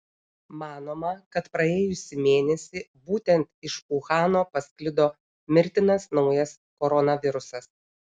manoma kad praėjusį mėnesį būtent iš uhano pasklido mirtinas naujas koronavirusas